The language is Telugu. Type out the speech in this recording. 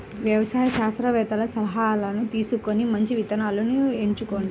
వ్యవసాయ శాస్త్రవేత్తల సలాహాను తీసుకొని మంచి విత్తనాలను ఎంచుకోండి